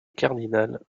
cardinal